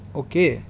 okay